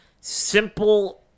simple